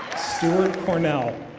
stuart cornell.